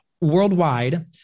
worldwide